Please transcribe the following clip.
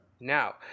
Now